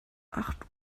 acht